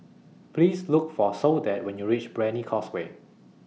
Please Look For Soledad when YOU REACH Brani Causeway